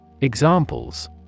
Examples